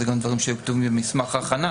אלה גם דברים שהיו במסמך ההכנה,